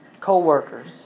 co-workers